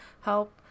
help